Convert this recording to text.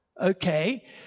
okay